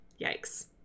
Yikes